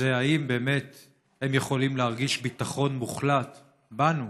זה אם הם באמת יכולים להרגיש ביטחון מוחלט בנו,